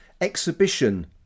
exhibition